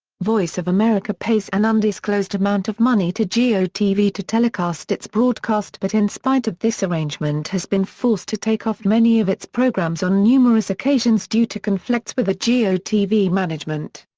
voice of america pays an undisclosed amount of money to geo tv to telecast its broadcast but in spite of this arrangement has been forced to take off many of its programs on numerous occasions due to conflicts with the geo tv management.